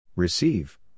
Receive